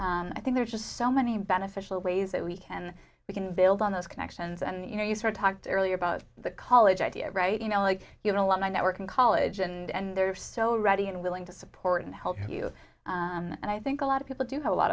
people i think there's just so many beneficial ways that we can we can build on those connections and you know you heard talked earlier about the college idea right you know like you know what my network in college and there are so ready and willing to support and help you and i think a lot of people do have a lot